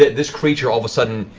this creature all of a sudden,